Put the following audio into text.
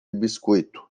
biscoito